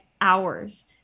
hours